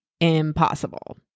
impossible